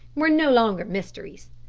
were no longer mysteries.